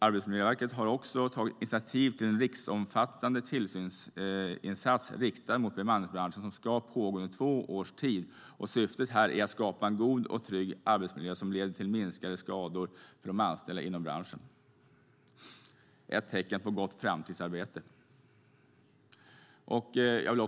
Arbetsmiljöverket har också tagit initiativ till en riksomfattande tillsynsinsats som är riktad mot bemanningsbranschen och som ska pågå under två års tid. Syftet är att skapa en god och trygg arbetsmiljö som leder till minskade skador för de anställda inom branschen - ett tecken på ett gott framtidsarbete.